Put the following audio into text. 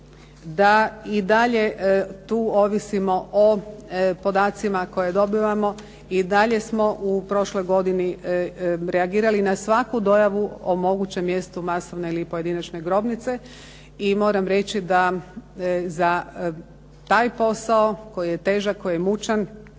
da i dalje tu ovisimo o podacima koje dobivamo i dalje smo u prošloj godini reagirali na svaku dojavu o mogućem mjestu masovne ili pojedinačne grobnice i moram reći da za taj posao koji je težak, koji je mučan,